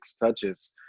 touches